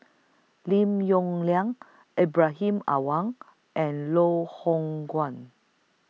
Lim Yong Liang Ibrahim Awang and Loh Hoong Kwan